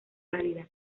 realidad